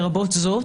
לרבות זו.